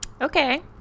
Okay